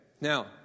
Now